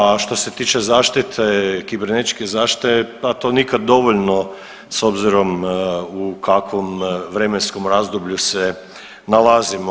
A što se tiče zaštite, kibernetičke zaštite pa to nikad dovoljno s obzirom u kakvom vremenskom razdoblju se nalazimo.